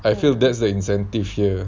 I feel that's the incentive here